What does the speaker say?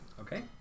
Okay